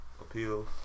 appeal